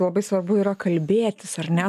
labai svarbu yra kalbėtis ar ne